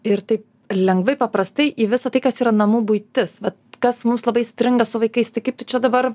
ir taip lengvai paprastai į visa tai kas yra namų buitis vat kas mums labai stringa su vaikais tai kaip tu čia dabar